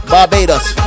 Barbados